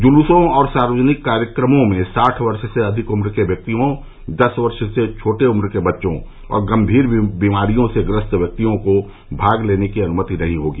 जुलूसों और सार्वजनिक कार्यक्रमों में साठ वर्ष से अधिक उम्र के व्यक्तियों दस वर्ष से छोटे उम्र के बच्चों और गम्मीर बीमारियों से ग्रस्त व्यक्तियों को भाग लेने की अनुमति नहीं होगी